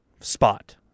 spot